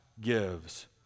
gives